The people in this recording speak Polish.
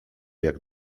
jak